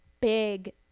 big